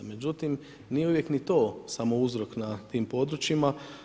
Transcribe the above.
Međutim, nije uvijek ni to samo uzrok na tim područjima.